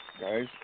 guys